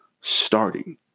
starting